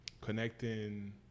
connecting